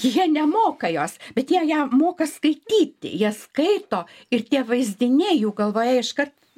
jie nemoka jos bet jie ją moka skaityti jie skaito ir tie vaizdiniai jų galvoje iškart